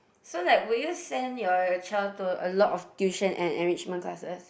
so like will you send your child to a lot of tuition and enrichment classes